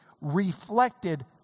reflected